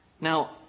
Now